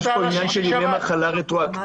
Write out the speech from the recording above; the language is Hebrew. יש פה עניין של ימי מחלה רטרואקטיביים.